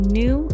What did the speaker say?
new